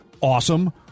awesome